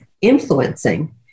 influencing